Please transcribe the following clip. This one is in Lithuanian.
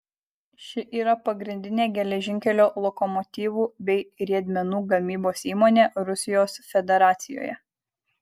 ši yra pagrindinė geležinkelio lokomotyvų bei riedmenų gamybos įmonė rusijos federacijoje